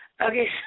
Okay